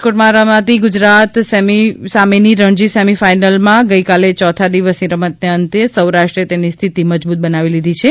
રાજકોટમાં રમાતી ગુજરાત સામેની રણજી સેમી ફાઇનલમાં ગઇકાલે ચોથા દિવસની રમતને અંતે સૌરાષ્ટ્રે તેની સ્થિતિ મજબૂત બનાવી લીધી છે